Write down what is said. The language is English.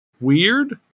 weird